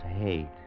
hate